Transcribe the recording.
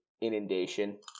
inundation